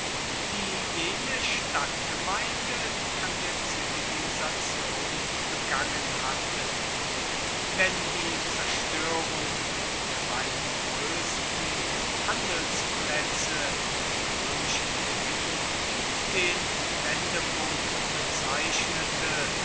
die jene stadtgemeinde an der zivilisation begangen hatte wenn die zerstörung der beiden größten handelsplätze im römischen gebiet den wendepunkt bezeichnete